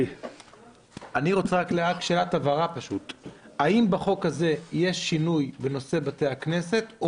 האם בחוק הזה יש שינוי בנושא בתי הכנסת,